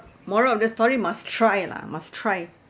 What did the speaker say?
moral of the story must try lah must try